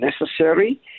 necessary